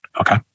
Okay